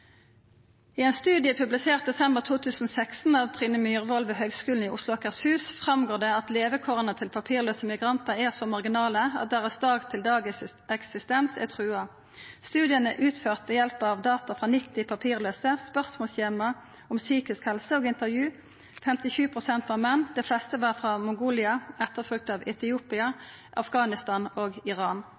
I ein studie publisert i desember 2016 av Trine Myhrvold ved Høgskulen i Oslo og Akershus går det fram at levekåra til papirlause migrantar er så marginale at dag-til-dag-eksistensen deira er trua. Studien er utført ved hjelp av data frå 90 papirlause, spørsmålsskjema om psysisk helse og intervju. 57 pst. var menn, dei fleste var frå Mongolia, etterfølgt av Etiopia, Afghanistan og Iran.